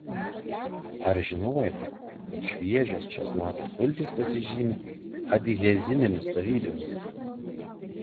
ar žinojote kad šviežios česnakų sultys pasižymi adhezinėmis savybėmis